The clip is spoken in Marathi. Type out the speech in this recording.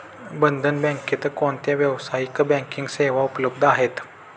बंधन बँकेत कोणत्या व्यावसायिक बँकिंग सेवा उपलब्ध आहेत?